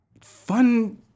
fun